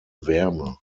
wärme